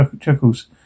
Chuckles